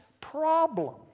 problem